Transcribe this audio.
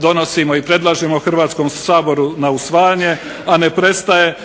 donosimo i predlažemo Hrvatskom saboru na usvajanje, a ne prestaje niti svim onim poslovima koje stoje pred vladom i koji se odnose i na provedbu referenduma o članstvu u EU na pripremi institucija i građana za buduće članstvo, a ne prestaju niti